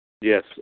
Yes